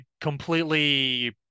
completely